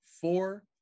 four